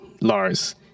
Lars